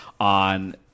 on